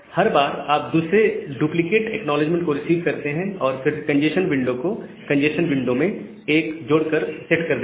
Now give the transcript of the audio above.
हर बार आप दूसरे डुप्लीकेट एक्नॉलेजमेंट को रिसीव करते हैं और फिर कंजेस्शन विंडो को कंजेस्शन विंडो में 1 जोड़कर सेट कर देते हैं